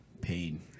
Pain